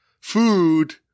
food